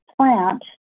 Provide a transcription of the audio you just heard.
plant